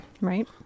Right